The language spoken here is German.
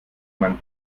man